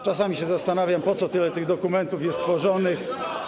Czasami się zastanawiam, po co tyle tych dokumentów jest tworzonych.